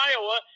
Iowa